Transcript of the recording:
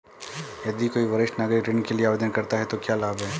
यदि कोई वरिष्ठ नागरिक ऋण के लिए आवेदन करता है तो क्या लाभ हैं?